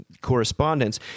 correspondence